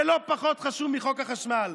זה לא פחות חשוב מחוק החשמל,